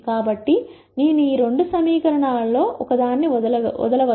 కాబట్టి నేను ఈ రెండు సమీకరణాలలో ఒక దాన్ని వదలగలను